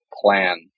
plan